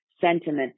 sentiment